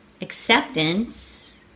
acceptance